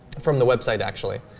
from the website actually